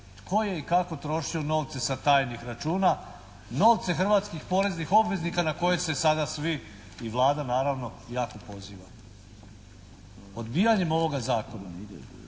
tko je i kako trošio novce sa tajnih računa, novce hrvatskih poreznih obveznika na koje se sada svi i Vlada naravno jako poziva. Odbijanjem ovoga zakona